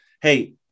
Hey